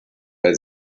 bei